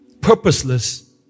Purposeless